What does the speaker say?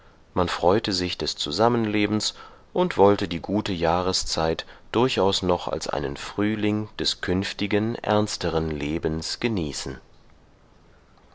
man freute sich des zusammenlebens und wollte die gute jahreszeit durchaus noch als einen frühling des künftigen ernsteren lebens genießen